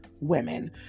women